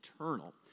eternal